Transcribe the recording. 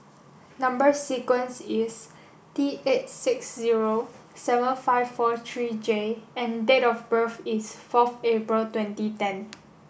number sequence is T eight six zero seven five four three J and date of birth is forth April twenty ten